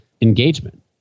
engagement